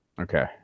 Okay